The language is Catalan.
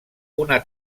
una